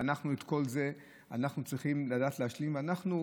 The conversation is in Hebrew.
ואנחנו צריכים לדעת להשלים את כל זה.